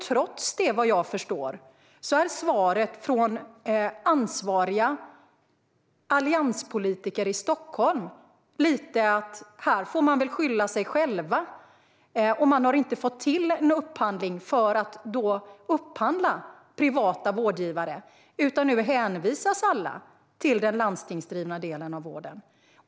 Trots detta är, om jag förstår rätt, svaret från ansvariga allianspolitiker i Stockholm lite att man får skylla sig själv. Man har inte fått till det att upphandla privata vårdgivare. Nu hänvisas alla till den landstingsdrivna vården.